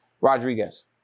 Rodriguez